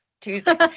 Tuesday